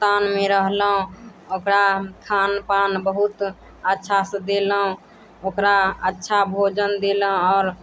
तानमे रहलहुॅं ओकरा खान पान बहुत अच्छा से देलहुॅं ओकरा अच्छा भोजन देलहुॅं आओर